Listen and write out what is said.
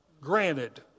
granted